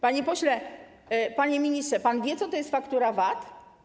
Panie pośle, panie ministrze, pan wie, co to jest faktura VAT?